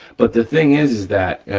but the thing is that,